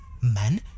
Man